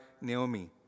Naomi